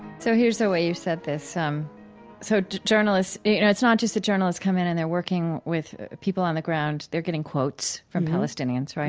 so here's the way you've said this. um so you know it's not just that journalists come in and they're working with people on the ground. they're getting quotes from palestinians, right?